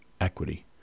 equity